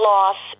Loss